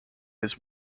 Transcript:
his